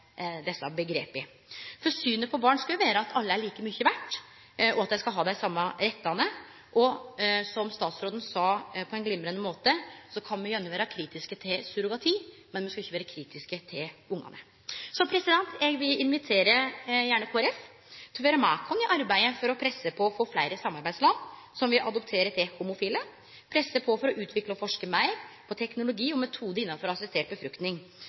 desse omgrepa. Synet på barn skal jo vere at alle er like mykje verde, og at dei skal ha dei same rettane. Som statsråden sa på ein glimrande måte, kan me gjerne vere kritiske til surrogati, men me skal ikkje vere kritiske til ungane. Eg vil gjerne invitere Kristeleg Folkeparti til å vere med oss i arbeidet med å presse på for å få fleire samarbeidsland som vil tillate homofile å adoptere, presse på for å utvikle og forske meir på teknologi og metodar innanfor